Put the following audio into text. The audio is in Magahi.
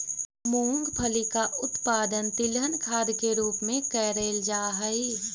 मूंगफली का उत्पादन तिलहन खाद के रूप में करेल जा हई